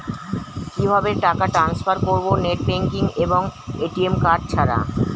কিভাবে টাকা টান্সফার করব নেট ব্যাংকিং এবং এ.টি.এম কার্ড ছাড়া?